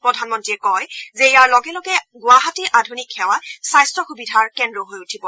প্ৰধানমন্ত্ৰীয়ে কয় যে ইয়াৰ লগে লগে গুৱাহাটী আধুনিক সেৱা স্বাস্থ্য সুবিধাৰ কেন্দ্ৰ হৈ উঠিব